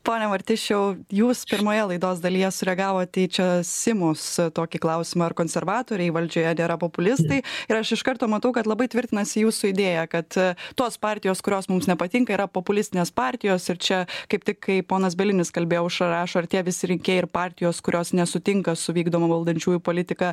pone martišiau jūs pirmoje laidos dalyje sureagavot į čia simos tokį klausimą ar konservatoriai valdžioje nėra populistai ir aš iš karto matau kad labai tvirtinasi jūsų idėja kad tos partijos kurios mums nepatinka yra populistinės partijos ir čia kaip tik kai ponas bielinis kalbėjo aušra rašo ar tie visi rinkėjai ir partijos kurios nesutinka su vykdoma valdančiųjų politika